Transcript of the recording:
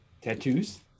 tattoos